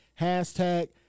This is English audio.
hashtag